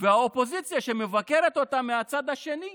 והאופוזיציה מבקרת אותה מהצד השני,